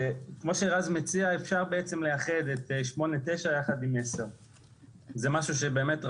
ו-9 יחד עם 10. זה משהו שבאמת רשום,